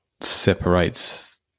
separates